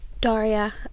Daria